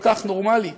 כל כך נורמלי,